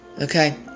Okay